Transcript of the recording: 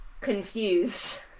confused